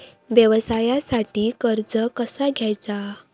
व्यवसायासाठी कर्ज कसा घ्यायचा?